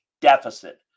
deficit